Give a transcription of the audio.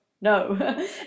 no